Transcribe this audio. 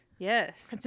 yes